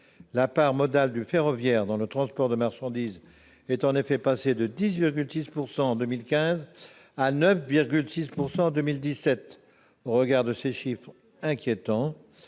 La part modale du ferroviaire dans le transport de marchandises est en effet passée de 10,6 % en 2015 à 9,6 % en 2017. Au regard de ces chiffres inquiétants,